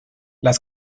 las